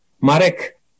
Marek